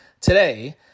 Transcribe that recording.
today